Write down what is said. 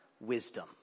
wisdom